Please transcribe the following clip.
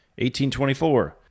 1824